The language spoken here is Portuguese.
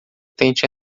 tente